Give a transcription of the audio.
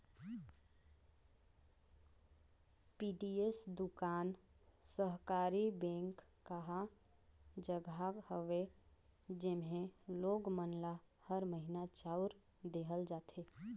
PDS दुकान सहकारी bank कहा जघा हवे जेम्हे लोग मन ल हर महिना चाँउर देहल जाथे